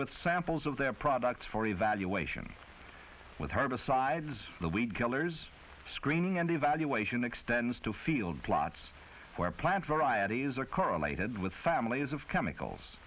with samples of their products for evaluation with herbicides the weed killers screening and evaluation extends to field plots where plant varieties are correlated with families of chemicals